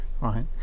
Right